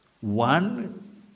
one